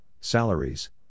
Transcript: salaries